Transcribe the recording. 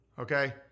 Okay